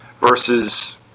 versus